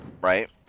Right